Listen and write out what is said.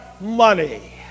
money